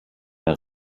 der